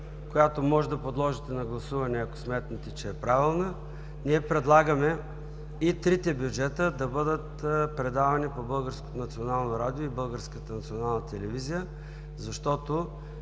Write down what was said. която може да подложите на гласуване, ако сметнете, че е правилна. Предлагаме и трите бюджета да бъдат предавани по Българското